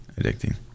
addicting